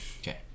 Okay